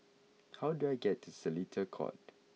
how do I get to Seletar Court